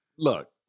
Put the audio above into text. Look